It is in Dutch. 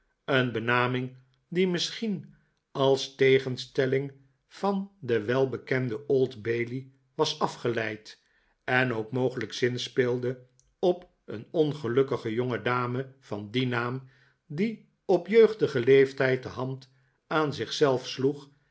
een benaming die misschien als tegenstelling van de welbekende old bailey was afgeleid en ook mogelijk zinspeelde op een ongelukkige jongedame van dien naam die op jeugdigen leeftijd de hand aan zich zelf sloeg